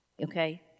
okay